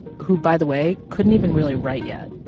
who, by the way, couldn't even really write yet,